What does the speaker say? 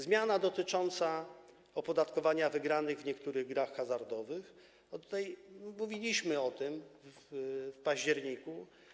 Zmiana dotycząca opodatkowania wygranych w niektórych grach hazardowych - tutaj mówiliśmy o tym w październiku.